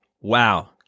wow